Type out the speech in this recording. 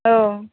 औ